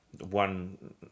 one